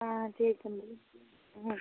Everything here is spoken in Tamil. ஆ சரி தம்பி ஆ